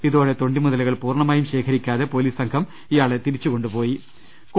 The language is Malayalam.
ഇതോടെ തൊണ്ടിമുതലുകൾ പൂർണമായും ശേഖരിക്കാതെ പൊലീസ് സംഘം ഇയാളെ തിരിച്ചുകൊണ്ടുപോവു കയായിരുന്നു